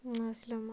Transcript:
nasi lemak